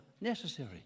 necessary